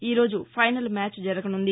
ఈ రోజు final match జరగనుంది